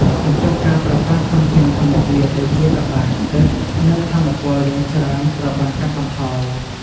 ចំពោះការប្រើប្រាស់ធនធានធម្មជាតិដូចជាកប្បាស ទឹក និងថាមពលយ៉ាងច្រើនត្រូវបានកាត់បន្ថយ។